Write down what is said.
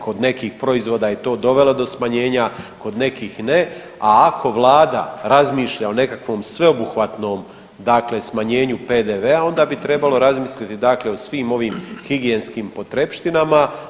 Kod nekih proizvoda je to dovelo do smanjenja, kod nekih ne, a ako Vlada razmišlja o nekakvom sveoubuhvatnom dakle smanjenju PDV-a, onda bi trebalo razmisliti dakle o svim ovim higijenskim potrepštinama.